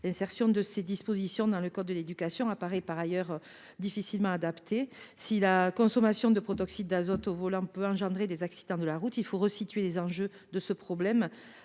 L’insertion de ces dispositions dans le code de l’éducation semble par ailleurs difficilement adaptée. Si la consommation de protoxyde d’azote au volant peut causer des accidents de la route, il faut resituer les enjeux de ce problème,